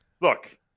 Look